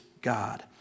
God